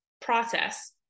process